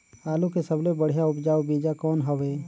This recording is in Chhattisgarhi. आलू के सबले बढ़िया उपजाऊ बीजा कौन हवय?